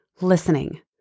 listening